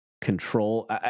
control